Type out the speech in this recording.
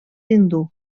hindú